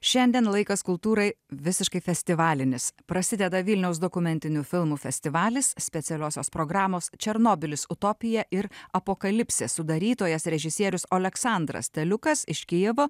šiandien laikas kultūrai visiškai festivalinis prasideda vilniaus dokumentinių filmų festivalis specialiosios programos černobylis utopija ir apokalipsė sudarytojas režisierius oleksandras teliukas iš kijivo